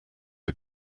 are